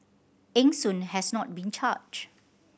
Eng Soon has not been charged